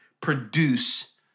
produce